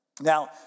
Now